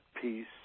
peace